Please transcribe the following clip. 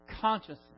consciousness